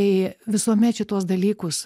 tai visuomet šituos dalykus